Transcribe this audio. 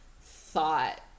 thought